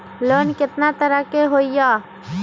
Loan केतना तरह के होअ हई?